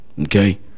Okay